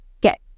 get